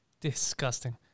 Disgusting